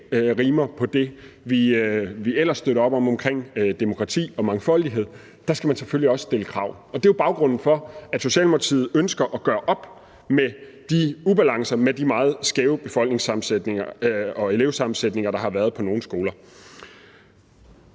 rimer på det, vi ellers støtter op om i forhold til demokrati og mangfoldighed, skal man selvfølgelig også stille krav. Og det er jo baggrunden for, at Socialdemokratiet ønsker at gøre op med de ubalancer og meget skæve elevsammensætninger, der har været på nogle skoler.